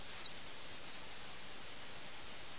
അതാണ് അവരുടെ അഭിനിവേശത്തിന്റെ അല്ലെങ്കിൽ ആസക്തിയുടെ വ്യാപ്തി